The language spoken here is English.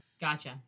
Gotcha